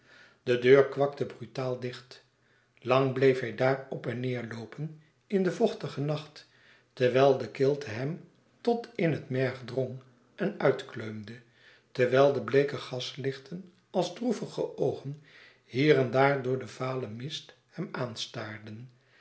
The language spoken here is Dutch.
de deur kwakte brutaal dicht lang bleef hij daar op en neêr loopen in den vochtigen nacht terwijl de kilte hem tot in het merg drong en uitkleumde terwijl de bleeke gaslichten als droevige oogen hier en daar door den valen mist hem aanstaarden